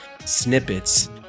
snippets